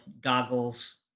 goggles